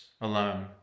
alone